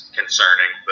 concerning